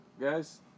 guys